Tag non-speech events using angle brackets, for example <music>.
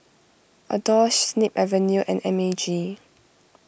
Adore <unintelligible> Snip Avenue and M A G